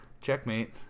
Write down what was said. Checkmate